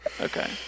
Okay